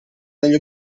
negli